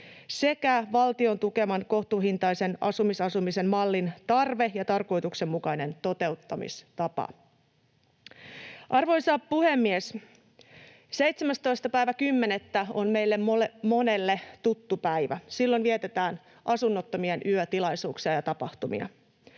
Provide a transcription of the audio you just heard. sekä valtion tukeman kohtuuhintaisen omistusasumisen mallin tarve ja tarkoituksenmukainen toteuttamistapa. Arvoisa puhemies! 17.10. on meille monelle tuttu päivä. Silloin vietetään asunnottomien yötilaisuuksia ja tapahtumia.